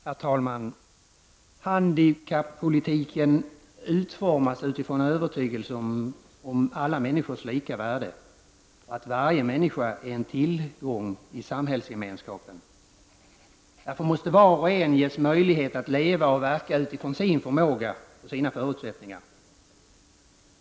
Herr talman! Handikappolitiken utformas utifrån övertygelsen om alla människors lika värde, att varje människa är en tillgång i samhällsgemenskapen. Därför måste var och en ges möjlighet att leva och verka utifrån sin förmåga och sina förutsättningar.